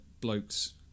blokes